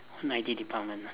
own I_T department ah